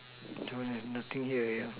till we have nothing here eh